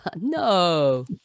No